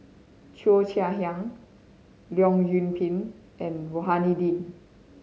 Cheo Chai Hiang Leong Yoon Pin and Rohani Din